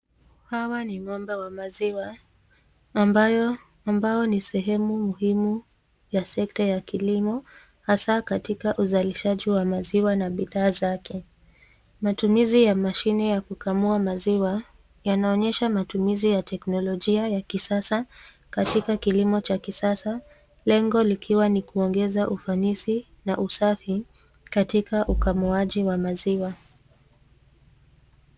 Hawa ni ng'ombe wa maziwa ambao ni sehemu muhimu ya sekta ya kilimo hasaa katika uzalishaji wa maziwa na bidhaa zake. Matumizi ya mashine ya kukamua maziwa yanaonyesha matumizi ya teknolojia ya kisasa katika kilimo cha kisasa lengo likiwa kuongeza ufanisi na usafi katika ukamuaji wa maziwa.